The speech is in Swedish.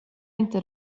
inte